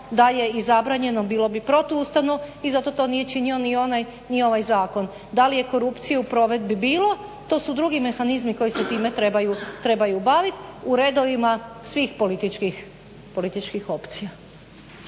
da je i zabranjeno bilo bi protuustavno i zato to nije činio ni ovaj ni onaj zakon. da li je korupcije u provedbi bilo to su drugi mehanizmi koji se time trebaju baviti u redovima svih političkih opcija.